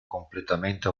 completamente